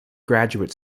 graduate